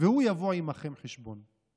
והוא יבוא עמכם חשבון.